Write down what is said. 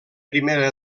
primera